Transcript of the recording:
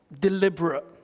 Deliberate